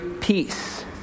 peace